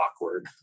awkward